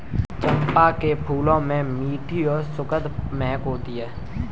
चंपा के फूलों में मीठी और सुखद महक होती है